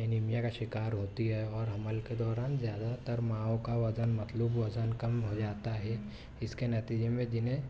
anaemia کا شکار ہوتی ہے اور حمل کے دوران زیادہ تر ماؤں کا وزن مطلوب وزن کم ہو جاتا ہے اس کے نتیجے میں جنہیں